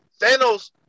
Thanos